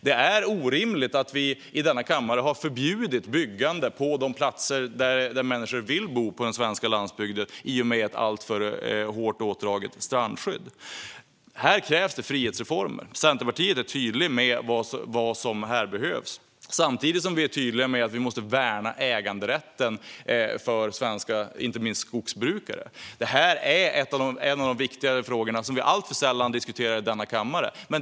Det är orimligt att kammaren genom ett alltför hårt strandskydd förbjuder byggande på de platser på den svenska landsbygden där människor vill bo. Här krävs det frihetsreformer. Vi i Centerpartiet är tydliga med vad som behövs. Samtidigt är vi tydliga med att äganderätten för inte minst skogsbrukare måste värnas. Det här en av de viktigare frågorna, som vi alltför sällan diskuterar i kammaren.